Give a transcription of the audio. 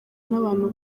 n’abantu